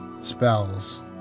spells